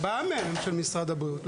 כאשר ארבעה מהם הם של משרד הבריאות.